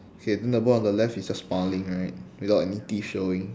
okay then the boy on the left is just smiling right without any teeth showing